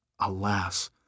Alas